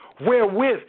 wherewith